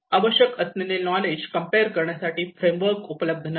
आवश्यक असलेले knowledge compare करण्यासाठी फ्रेमवर्क उपलब्ध नसणे